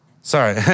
Sorry